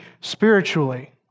spiritually